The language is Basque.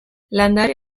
landare